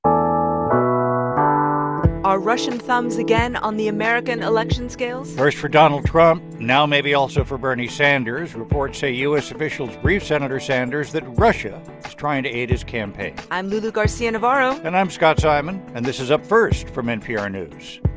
um are ah are russian thumbs again on the american election scales? first for donald trump, now maybe also for bernie sanders reports say u s. officials briefed senator sanders that russia is trying to aid his campaign i'm lulu garcia-navarro and i'm scott simon. and this is up first from npr news